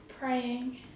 praying